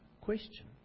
question